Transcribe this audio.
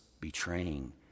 betraying